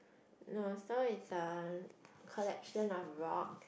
no so it's a collection of rock